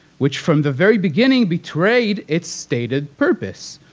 which from the very beginning betrayed its stated purpose.